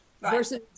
versus